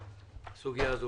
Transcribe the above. התשפ"א.